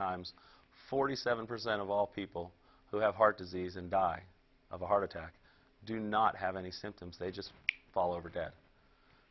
times forty seven percent of all people who have heart disease and die of a heart attack do not have any symptoms they just fall over dead